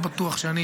לא בטוח,